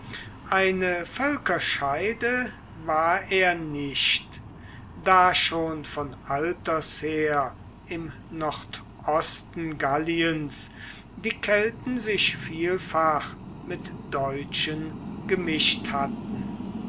eine völkerscheide war er nicht da schon von alters her im nordosten galliens die kelten sich vielfach mit deutschen gemischt hatten